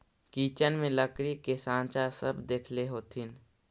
kitchen में लकड़ी के साँचा सब देखले होथिन